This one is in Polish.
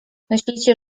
myślicie